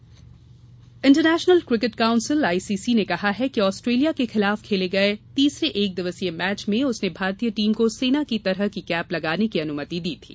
cricket international cricket council ICC ने कहा है कि ऑस्ट्रेलिया के खिलाफ खेले गये तीसरे एक दिवसीय मैच में उसने भारतीय टीम को सेना की तरह की कैप लगाने की अनुमति दी थी